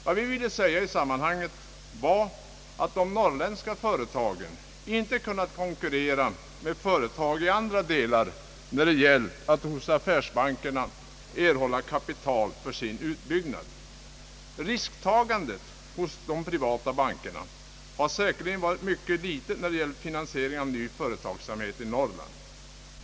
Vad vi ville säga i sammanhanget var att de norrländska företagen inte kunnat konkurrera med företag i andra delar av landet när det gällt att hos affärsbankerna erhålla kapital för sin utbyggnad. Risktagandet hos de privata bankerna har säkerligen varit mycket litet när det gällt finansiering av ny företagsamhet i Norrland.